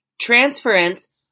Transference